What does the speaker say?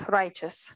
righteous